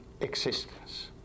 existence